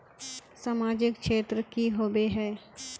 सामाजिक क्षेत्र की होबे है?